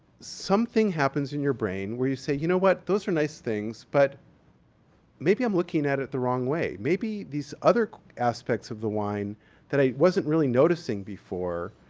something happens in your brain where you say, you know what? those are nice things, but maybe i'm looking at it the wrong way. maybe these other aspects of the wine that i wasn't really noticing before,